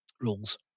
rules